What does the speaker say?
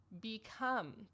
become